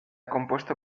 compuesto